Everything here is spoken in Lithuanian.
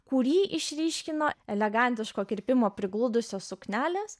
kurį išryškino elegantiško kirpimo prigludusios suknelės